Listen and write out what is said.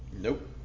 Nope